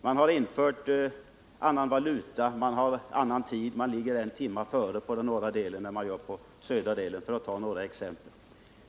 Man har infört annan valuta, man har annan tid, man ligger en timme före på den norra delen i förhållande till den södra delen, för att ta några exempel.